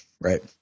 right